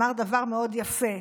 אמר דבר מאוד יפה.